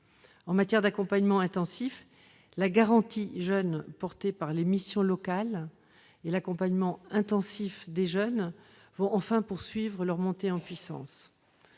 En matière d'accompagnement intensif, la garantie jeunes portée par les missions locales et l'accompagnement intensif des jeunes vont enfin poursuivre leur montée en puissance.